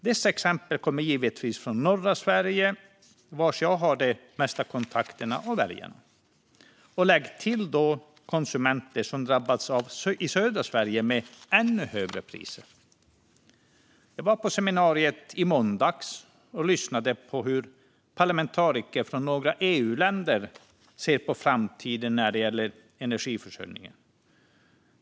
Dessa exempel kommer givetvis från norra Sverige, där jag har de mesta kontakterna med väljare. Lägg då till konsumenter i södra Sverige som har drabbats av ännu högre priser. Jag var på seminariet i måndags och lyssnade på hur parlamentariker från några EU-länder ser på framtiden när det gäller energiförsörjningen.